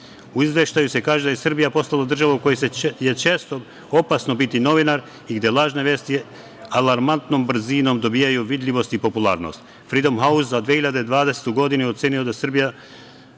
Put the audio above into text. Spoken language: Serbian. U Izveštaju se kaže da je Srbija postala država u kojoj je često opasno biti novinar i da lažne vesti alarmantnom brzinom dobijaju vidljivost i popularnost. Fridom Haus za 2020. godinu ocenio je da Srbija